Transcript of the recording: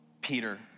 Peter